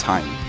Time